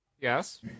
Yes